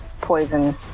poison